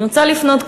מה לעשות,